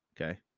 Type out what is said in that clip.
Okay